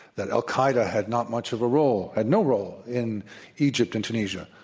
that al-qaida had not much of a role, had no role in egypt and tunisia.